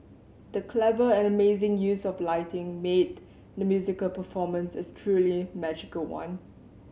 the clever and amazing use of lighting made the musical performance a truly magical one